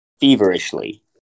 feverishly